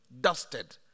dusted